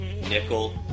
Nickel